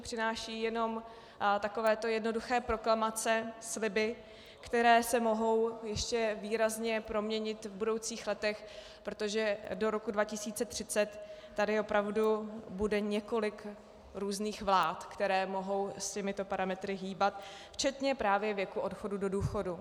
Přináší jenom takovéto jednoduché proklamace, sliby, které se mohou ještě výrazně proměnit v budoucích letech, protože do roku 2030 tady opravdu bude několik různých vlád, které mohou s těmito parametry hýbat, včetně právě věku odchodu do důchodu.